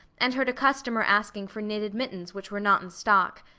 and heard a customer asking for knitted mittens, which were not in stock.